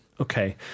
Okay